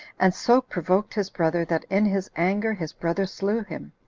and so provoked his brother, that in his anger his brother slew him.